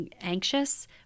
anxious